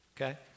okay